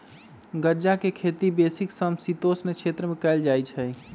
गञजा के खेती बेशी समशीतोष्ण क्षेत्र में कएल जाइ छइ